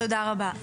תודה רבה.